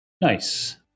nice